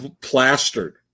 Plastered